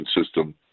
system